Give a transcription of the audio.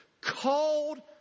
called